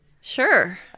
Sure